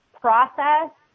process